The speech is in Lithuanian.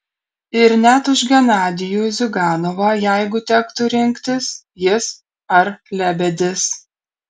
ir net už genadijų ziuganovą jeigu tektų rinktis jis ar lebedis